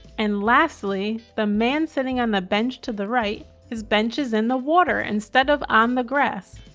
and lastly the man sitting on the bench to the right, his bench is in the water instead of on the grass.